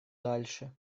дальше